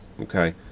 Okay